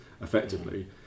effectively